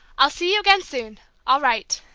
i'll see you again soon i'll write.